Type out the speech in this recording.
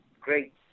great